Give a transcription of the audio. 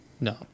no